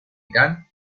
irán